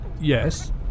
Yes